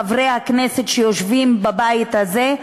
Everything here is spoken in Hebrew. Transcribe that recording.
חברי הכנסת שיושבים בבית הזה,